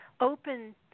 open